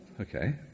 okay